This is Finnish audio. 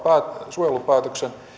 suojelupäätöksen